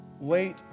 Wait